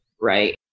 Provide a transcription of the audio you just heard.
Right